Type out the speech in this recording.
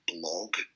blog